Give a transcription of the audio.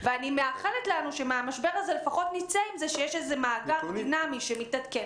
ואני מאחלת לנו שמהמשבר הזה לפחות נצא עם זה שיש מאגר דינמי שמתעדכן,